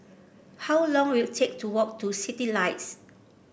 how long will it take to walk to Citylights